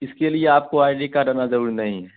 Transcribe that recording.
इसके लिए आपको आई डी कार्ड रहना ज़रूरी नहीं है